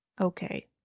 okay